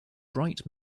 bright